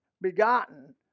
begotten